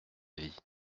vie